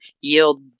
yield